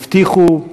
והבטיחו,